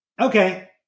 Okay